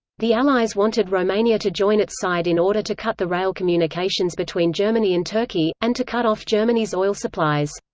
the allies wanted romania to join its side in order to cut the rail communications between germany and turkey, and to cut off germany's oil supplies.